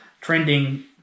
trending